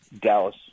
dallas